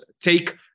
take